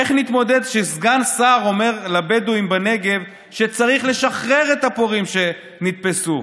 איך נתמודד כשסגן שר אומר לבדואים בנגב שצריך לשחרר את הפורעים שנתפסו?